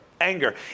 Anger